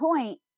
point